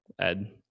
Ed